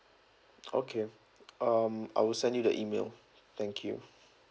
okay um I will send you the email thank you